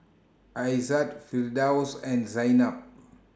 Aizat Firdaus and Zaynab